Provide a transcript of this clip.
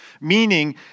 meaning